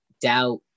doubt